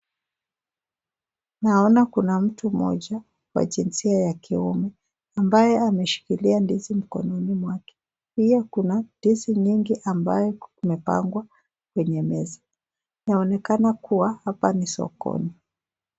Naona kuna mtu mmoja, wa jinsia ya ki, kiume, ambaye ameshikilia ndizi mkononi mwake, pia kuna ndizi mingi ambayo imepangwa, kwa, kwenye meza, kunaonekana kuwa, hapa ni sokoni.